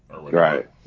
Right